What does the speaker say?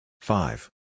Five